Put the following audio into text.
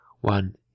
one